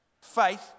Faith